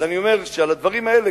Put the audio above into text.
אז אני אומר שעל הדברים האלה,